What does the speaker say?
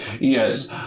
Yes